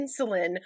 insulin